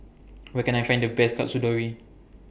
Where Can I Find The Best Katsudon